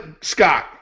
Scott